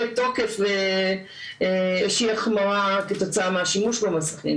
תוקף ואיזו שהיא החמרה כתוצאה מהשימוש במסכים.